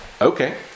Okay